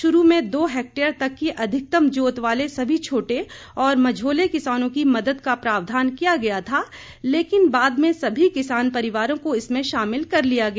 शुरू में दो हेक्टेयर तक की अधिकतम जोत वाले सभी छोटे और मझोले किसानों की मदद का प्रावधान किया गया था लेकिन बाद में सभी किसान परिवारों को इसमें शामिल कर लिया गया